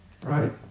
Right